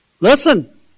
Listen